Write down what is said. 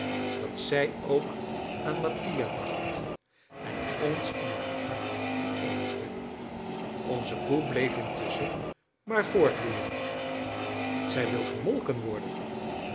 dat zij ook aan mattia dacht en ons in haar hart vereenigde onze koe bleef intusschen maar voortloeien zij wil gemolken worden